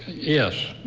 yes.